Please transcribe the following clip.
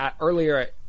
earlier